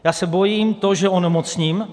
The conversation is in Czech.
Já se bojím toho, že onemocním.